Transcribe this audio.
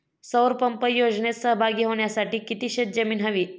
सौर पंप योजनेत सहभागी होण्यासाठी किती शेत जमीन हवी?